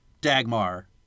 Dagmar